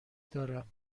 دارم